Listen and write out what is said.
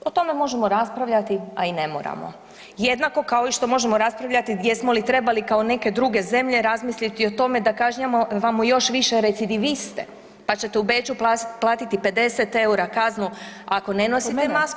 Ali o tome možemo raspravljati, a i ne moramo jednako kao i što možemo raspravljati jesmo li trebali kao neke druge zemlje razmisliti o tome da kažnjavamo još više recidiviste, pa ćete u Beču platiti 50 eura kaznu ako ne nosite masku.